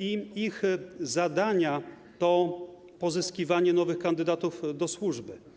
a ich zadania to pozyskiwanie nowych kandydatów do służby.